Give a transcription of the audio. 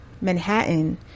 Manhattan